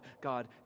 God